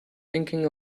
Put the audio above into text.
thinking